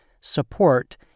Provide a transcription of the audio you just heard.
support